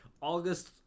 august